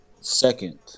second